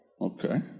Okay